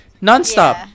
non-stop